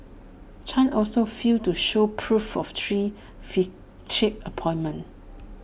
chan also failed to show proof of three appointments